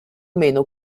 meno